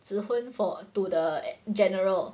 指婚 for to the general